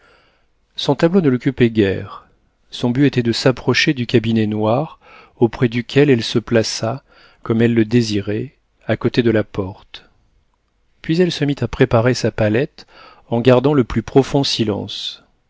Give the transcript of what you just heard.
son tableau ne l'occupait guère son but était de s'approcher du cabinet noir auprès duquel elle se plaça comme elle le désirait à côté de la porte puis elle se mit à préparer sa palette en gardant le plus profond silence